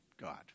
God